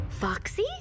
Foxy